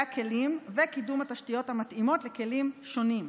הכלים וקידום התשתיות המתאימות לכלים שונים.